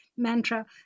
mantra